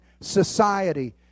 society